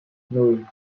nan